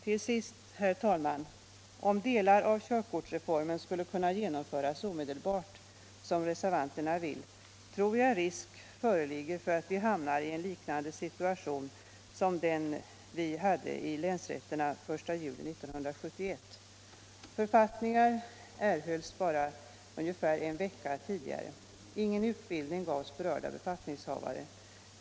Till sist, herr talman: Om delar av körkortsreformen skulle kunna genomföras omedelbart, som reservanterna vill, tror jag att risk föreligger för att vi hamnar i en liknande situation som den vi hade i länsrätterna den 1 juli 1971. Författningar kom bara ungefär en vecka innan arbetet skulle börja. Ingen utbildning gavs berörda befattningshavare.